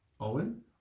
Owen